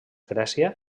grècia